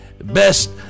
best